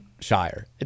Shire